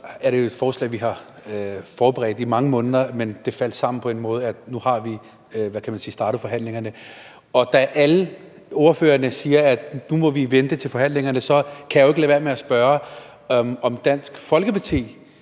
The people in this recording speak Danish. det jo et forslag, vi har forberedt i mange måneder, men det faldt sammen med forhandlingerne, vi nu har startet. Og da alle ordførerne siger, at vi nu må vente til forhandlingerne, kan jeg jo ikke lade være med at spørge, om Dansk Folkeparti